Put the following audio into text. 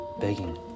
Begging